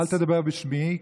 אל תדבר בשמי,